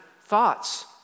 thoughts